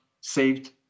saved